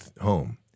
home